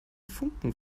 funken